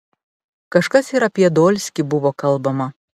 kažkas ir apie dolskį buvo kalbama